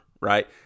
right